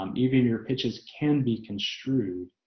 um even your pitches can be construed